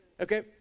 Okay